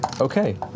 Okay